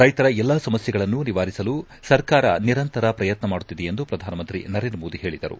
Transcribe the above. ರೈತರ ಎಲ್ಲಾ ಸಮಸ್ಕೆಗಳನ್ನು ನಿವಾರಿಸಲು ಸರ್ಕಾರ ನಿರಂತರ ಪ್ರಯತ್ತ ನಡೆಸುತ್ತಿದೆ ಎಂದು ಪ್ರಧಾನಮಂತ್ರಿ ನರೇಂದ್ರ ಮೋದಿ ಹೇಳಿದರು